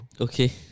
Okay